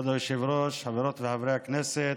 כבוד היושב-ראש, חברות וחברי הכנסת,